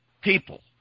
people